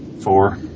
Four